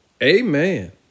Amen